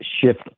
shift